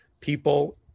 people